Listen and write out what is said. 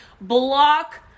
block